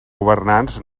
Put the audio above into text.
governants